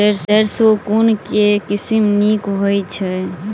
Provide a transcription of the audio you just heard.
सैरसो केँ के किसिम नीक होइ छै?